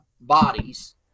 Bodies